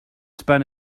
spun